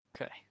Okay